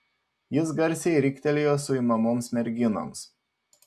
jis garsiai riktelėjo suimamoms merginoms